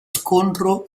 scontro